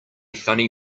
funny